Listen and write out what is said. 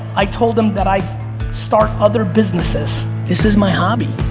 i told them that i start other businesses. this is my hobby.